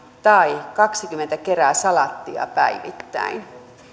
tai kaksikymmentä keräsalaattia päivittäin